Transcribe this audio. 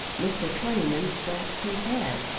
mr. twentyman scratched his head.